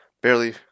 barely